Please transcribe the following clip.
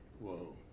Whoa